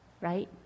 Right